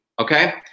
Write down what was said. okay